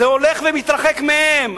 זה הולך ומתרחק מהם.